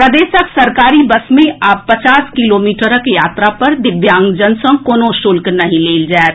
प्रदेशक सरकारी बस मे आब पचास किलोमीटरक यात्रा पर दिव्यांगजन सँ कोनो शुल्क नहि लेल जाएत